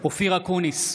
אופיר אקוניס,